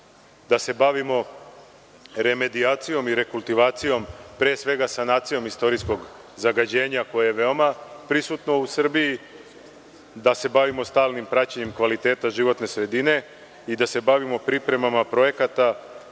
da se bavimo remedijacijom i rekultivacijom, pre svega sanacijom istorijskog zagađenja koje je veoma prisutno u Srbiji, da se bavimo stalnim praćenjem kvaliteta životne sredine i da se bavimo pripremom projekata